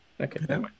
Okay